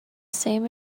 same